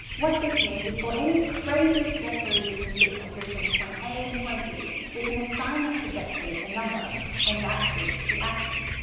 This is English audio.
what this means is for any crazy trajectory we can think of between point a and point b we can assign that trajectory a number and that is the action.